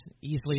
easily